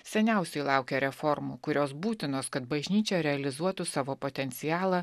seniausiai laukia reformų kurios būtinos kad bažnyčia realizuotų savo potencialą